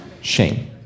shame